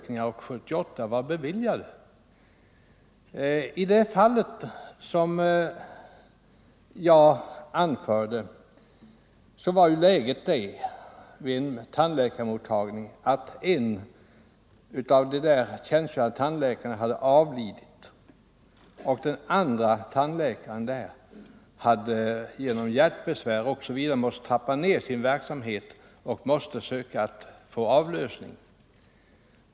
I det fall som jag anförde var läget vid en tandläkarmottagning det att en av de där tjänstgörande tandläkarna hade avlidit och att den andre tandläkaren på grund av hjärtbesvär måste trappa ned sin verksamhet.